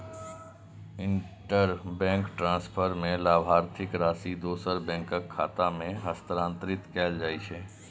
interbank transfer मे लाभार्थीक राशि दोसर बैंकक खाता मे हस्तांतरित कैल जाइ छै